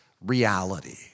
reality